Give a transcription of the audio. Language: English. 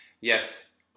Yes